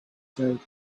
said